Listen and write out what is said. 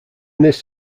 this